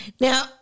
Now